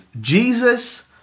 Jesus